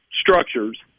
structures